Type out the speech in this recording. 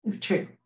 true